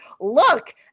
Look